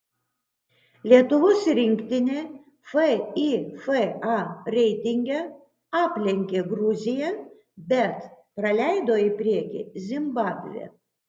lietuvos rinktinė fifa reitinge aplenkė gruziją bet praleido į priekį zimbabvę